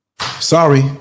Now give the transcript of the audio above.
Sorry